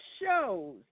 shows